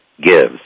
gives